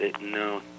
No